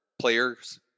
players